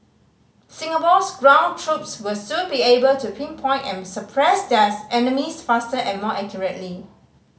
Singapore's ground troops will soon be able to pinpoint and suppress their enemies faster and more accurately